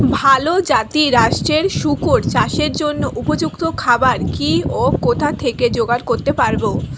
ভালো জাতিরাষ্ট্রের শুকর চাষের জন্য উপযুক্ত খাবার কি ও কোথা থেকে জোগাড় করতে পারব?